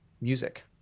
music